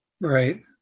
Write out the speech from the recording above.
Right